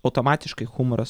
automatiškai humoras